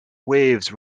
waves